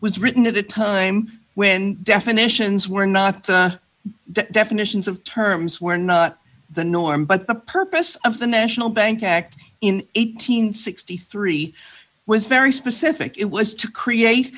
was written at a time when definitions were not definitions of terms were not the norm but the purpose of the national bank act in eight hundred and sixty three was very specific it was to create